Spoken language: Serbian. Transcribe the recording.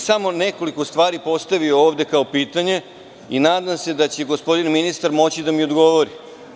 Samo bih nekoliko stvari ovde postavio kao pitanje i nadam se da će gospodin ministar moći da mi odgovori.